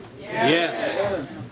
Yes